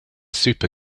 super